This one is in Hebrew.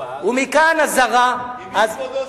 עם מי כבודו סיכם?